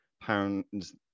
pounds